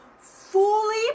fully